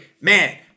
man